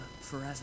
forever